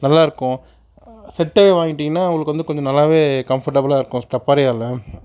நல்லாயிருக்கும் செட்டே வாங்கிட்டிங்கனால் உங்களுக்கு வந்து கொஞ்சம் நல்லாவே கம்ஃபோட்டபிலாக இருக்கும் டப்பாரியாவில்